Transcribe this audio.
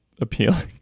appealing